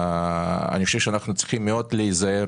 אני חושב שאנחנו צריכים מאוד להיזהר